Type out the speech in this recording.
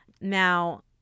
now